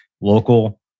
local